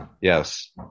Yes